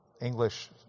English